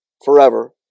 forever